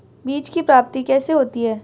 बीज की प्राप्ति कैसे होती है?